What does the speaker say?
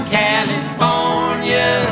california